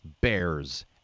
Bears